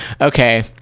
Okay